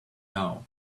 now